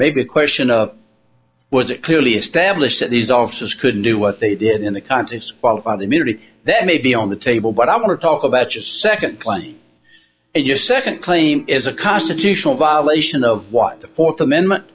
may be a question of was it clearly established that these officers couldn't do what they did in the context about immunity that may be on the table but i want to talk about your second claim and your second claim is a constitutional violation of what the fourth amendment